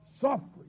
suffering